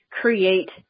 create